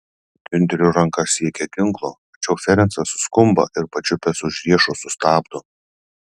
giunterio ranka siekia ginklo tačiau ferencas suskumba ir pačiupęs už riešo sustabdo